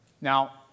Now